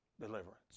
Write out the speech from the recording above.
deliverance